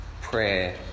prayer